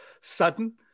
sudden